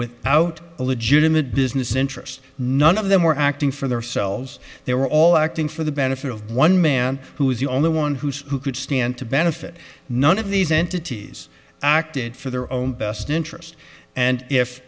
without a legitimate business interest none of them were acting for their selves they were all acting for the benefit of one man who is the only one who's who could stand to benefit none of these entities acted for their own best interest and if